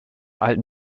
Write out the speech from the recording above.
alten